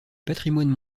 patrimoine